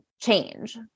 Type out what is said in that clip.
change